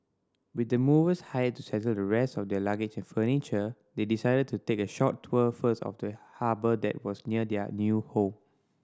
with the movers hired to settle the rest of their luggage and furniture they decided to take a short tour first of the harbour that was near their new home